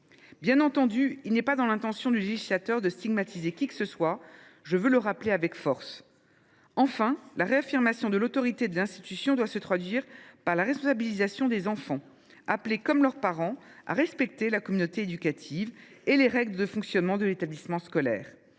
Bien entendu, il n’est pas dans l’intention du législateur de stigmatiser qui que ce soit. Je tiens à le rappeler avec force. Enfin, la réaffirmation de l’autorité de l’institution doit se traduire par la responsabilisation des enfants, appelés, comme leurs parents, à respecter la communauté éducative et les règles de fonctionnement de l’établissement scolaire.